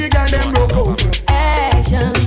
action